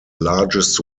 largest